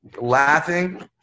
laughing